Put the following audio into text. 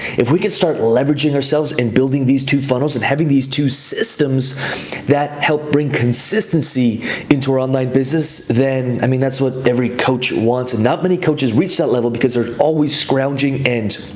if we can start leveraging ourselves and building these two funnels and having these two systems that help bring consistency into our online business, then, i mean, that's what every coach wants. and not many coaches reached that level because they're always scrounging and